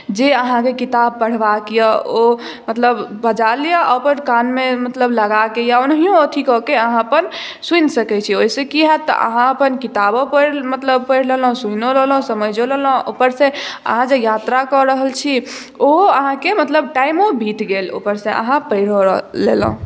जे अहाँकेँ किताब पढ़बाक यए ओ मतलब बजा लिअ आओर कानमे मतलब लगाके या ओनाहियो अथी कऽ के अपन सुनि सकैत छी ओहिसँ की हैत तऽ अहाँ अपन किताबो मतलब पढ़ि लेलहुँ सुनियो लेलहुँ समझियो लेलहुँ ऊपरसँ अहाँ जे यात्रा कऽ रहल छी ओहो अहाँके मतलब टाइमो बीत गेल ऊपरसँ अहाँ पढ़ियो लेलहुँ